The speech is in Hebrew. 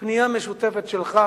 פנייה משותפת שלך